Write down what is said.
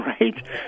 right